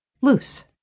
Loose